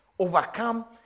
overcome